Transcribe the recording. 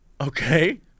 Okay